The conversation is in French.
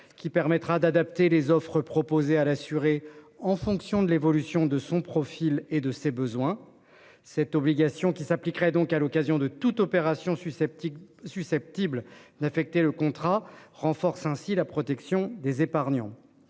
qui permettra d'adapter les offres proposées à l'assuré en fonction de l'évolution de son profil et de ses besoins. Cette obligation, qui s'appliquerait donc à l'occasion de toute opération susceptible susceptible d'affecter le contrat renforce ainsi la protection des épargnants.